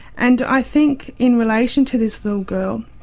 and i think in relation to this little girl,